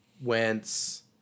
Wentz